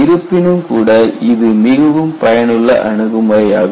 இருப்பினும் கூட இது மிகவும் பயனுள்ள அணுகுமுறை ஆகும்